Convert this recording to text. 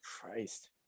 Christ